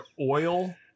oil